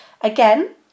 Again